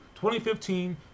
2015